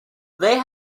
they